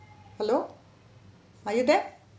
hello are you there